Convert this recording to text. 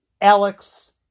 Alex